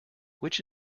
which